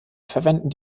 verwenden